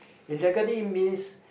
integrity means